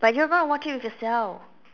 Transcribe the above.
but you're gonna watch it with Jaselle